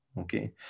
okay